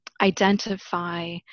identify